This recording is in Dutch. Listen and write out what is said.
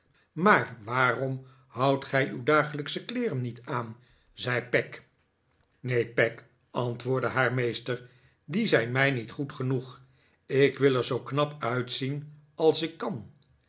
maar waarom houdt gij uw dagelijksche kleeren niet aan zei peg neen peg antwoordde haar meester die zijn mij niet goed genoeg ik wil er zoo knap uitzien als ik kan